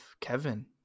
Kevin